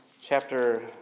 chapter